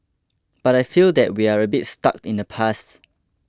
but I feel that we are a bit stuck in the past